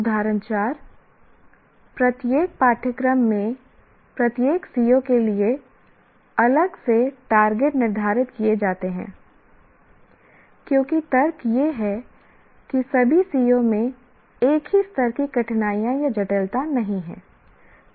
उदाहरण 4 प्रत्येक पाठ्यक्रम के प्रत्येक CO के लिए अलग से टारगेट निर्धारित किए जाते हैं क्योंकि तर्क यह है कि सभी CO में एक ही स्तर की कठिनाई या जटिलता नहीं हैं